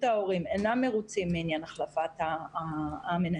ההורים אינם מרוצים מהחלפת המנהלת.